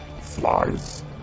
Flies